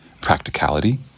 practicality